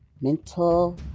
mental